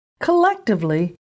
Collectively